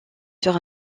sur